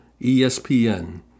ESPN